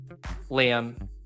Liam